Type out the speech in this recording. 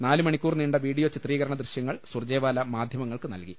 നാല് മണിക്കൂർ നീണ്ട വീഡിയോ ചിത്രീകരണ ദൃശ്യങ്ങൾ സുർജ്ജെവാല മാധ്യമങ്ങൾക്ക് നൽകി